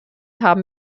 haben